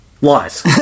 Lies